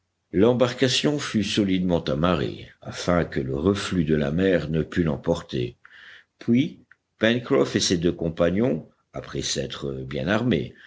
l'embarcation fut solidement amarrée afin que le reflux de la mer ne pût l'emporter puis pencroff et ses deux compagnons après s'être bien armés